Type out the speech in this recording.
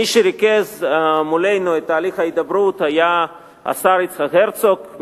מי שריכז מולנו את תהליך ההידברות היה השר יצחק הרצוג,